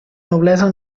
noblesa